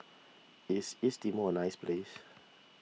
is East Timor a nice place